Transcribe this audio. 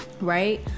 Right